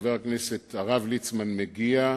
חבר הכנסת הרב ליצמן מגיע,